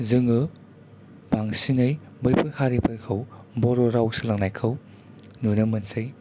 जोङो बांसिनै बैफोर हारिफोरखौ बर' राव सोलोंनायखौ नुनो मोनसै